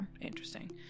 interesting